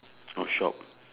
oh shop